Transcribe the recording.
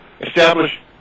establish